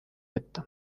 võtta